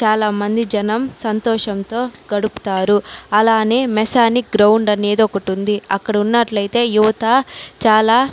చాలామంది జనం సంతోషంతో గడుపుతారు అలానే మెసానిక్ గ్రౌండ్ అనేది ఒకటి ఉంది అక్కడ ఉన్నట్లయితే యువత చాలా